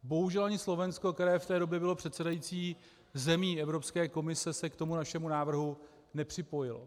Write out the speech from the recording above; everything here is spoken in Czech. Bohužel ani Slovensko, které v té době bylo předsedající zemí Evropské komise, se k tomu našemu návrhu nepřipojilo.